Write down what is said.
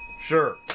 Sure